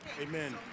Amen